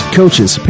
coaches